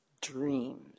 dreams